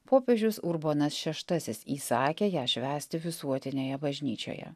popiežius urbonas šeštasis įsakė ją švęsti visuotinėje bažnyčioje